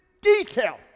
detail